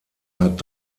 hat